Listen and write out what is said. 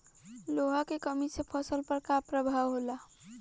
लोहा के कमी से फसल पर का प्रभाव होला?